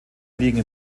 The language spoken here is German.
liegen